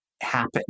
happen